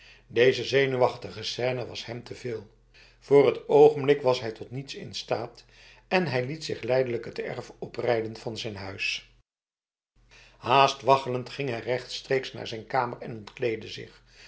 deze zenuwachtige scène was hem te veel voor het ogenblik was hij tot niets in staat en hij liet zich lijdelijk het erf oprijden van zijn huis haast waggelend ging hij rechtstreeks naar zijn kamer en ontkleedde zich